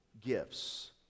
gifts